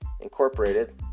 Incorporated